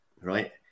right